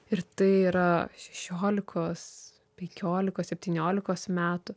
ir tai yra šešiolikos penkiolikos septyniolikos metų